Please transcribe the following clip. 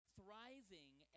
Thriving